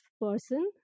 person